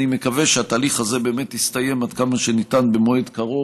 אני מקווה שהתהליך הזה באמת יסתיים עד כמה שניתן במועד קרוב,